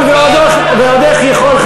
אני יכול ועוד איך יכול,